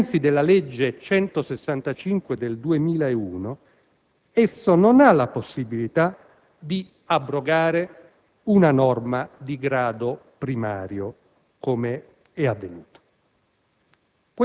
ai sensi della legge n. 165 del 2001, esso non ha la possibilità di abrogare una norma di grado primario, come invece è avvenuto.